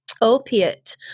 opiate